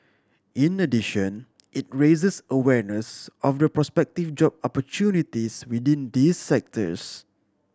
in addition it raises awareness of the prospective job opportunities within these sectors